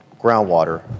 groundwater